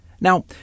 Now